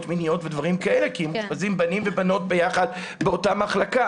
מיניות ודברים כאלה - כי מאושפזים בנים ובנות ביחד באותה מחלקה.